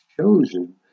chosen